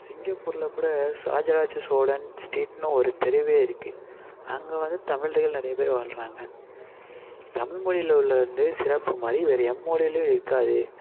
சிங்கப்பூரில் கூட ராஜராஜசோழன் ஸ்ட்ரீட்னு ஒரு தெருவே இருக்குது அங்கே வந்து தமிழர்கள் நிறைய பேர் வாழ்றாங்க தமிழ் மொழியில உள்ள வந்து சிறப்பு மாதிரி வேறு எம்மொழியிலையும் இருக்காது